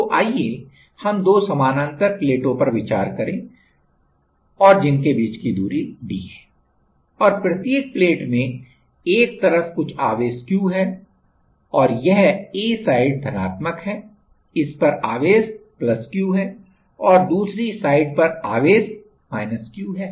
तो आइए हम दो समानांतर प्लेटों पर विचार करें और जिनके बीच की दूरी d है और प्रत्येक प्लेट में एक तरफ कुछ आवेश Q है यह A साइड धनात्मक है इस पर आवेश Q औरदूसरी साइड पर आवेश Q है